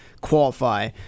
qualify